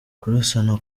kurasana